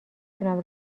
تونم